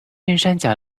天山